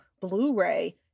Blu-ray